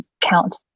count